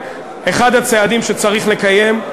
אחד הצעדים שצריך לקיים,